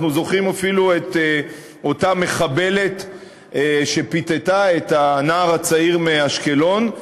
אנחנו זוכרים אפילו את אותה מחבלת שפיתתה את הנער הצעיר מאשקלון,